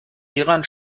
hieran